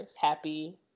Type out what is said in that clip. happy